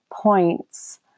points